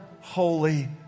holy